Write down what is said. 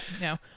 no